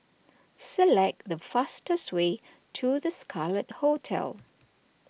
select the fastest way to the Scarlet Hotel